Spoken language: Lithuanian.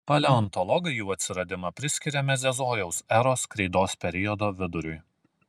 paleontologai jų atsiradimą priskiria mezozojaus eros kreidos periodo viduriui